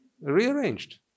rearranged